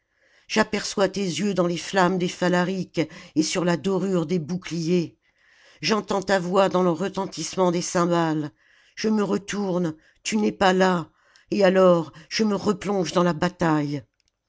j'aperçois tes yeux dans les flammes des phalariques et sur la dorure des boucliers j'entends ta voix dans le retentissement des cymbales je me retourne tu n'es pas là et alors je me replonge dans la bataille